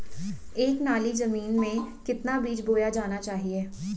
एक नाली जमीन में कितना बीज बोया जाना चाहिए?